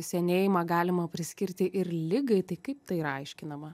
senėjimą galima priskirti ir ligai tai kaip tai yra aiškinama